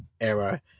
era